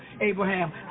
Abraham